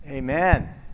Amen